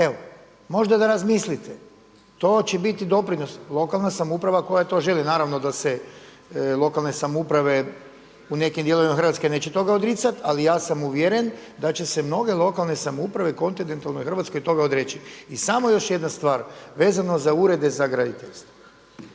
Evo, možda da razmislite, to će biti doprinos. Lokalna samouprava koja to želi, naravno da se lokalne samouprave u nekim dijelovima Hrvatske neće toga odricati ali ja sam uvjeren da će se mnoge lokalne samouprave u kontinentalnoj Hrvatskoj odreći. I samo još jedna stvar, vezano za urede za graditeljstvo,